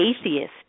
atheist